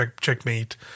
Checkmate